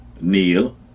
Neil